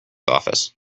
office